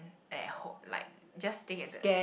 at hope like just stay at the